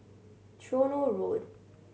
Tronoh Road